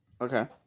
Okay